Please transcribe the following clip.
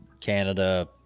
canada